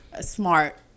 Smart